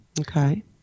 Okay